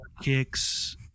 kicks